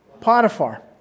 Potiphar